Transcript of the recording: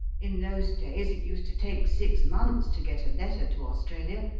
in those days it used to take six months to get a letter to australia,